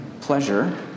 pleasure